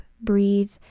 breathe